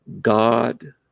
God